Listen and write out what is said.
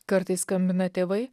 kartais skambina tėvai